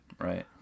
Right